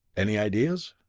any ideas?